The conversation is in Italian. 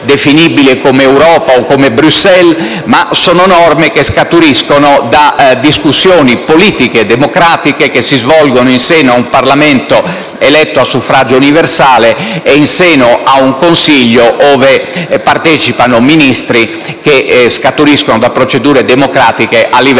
come Europa o Bruxelles, ma che scaturiscono da discussioni politiche e democratiche che si svolgono in seno a un Parlamento eletto a suffragio universale e in seno a un Consiglio ove partecipano Ministri individuati attraverso procedure democratiche a livello